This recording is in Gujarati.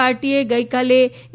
પાર્ટીએ ગઇકાલે એ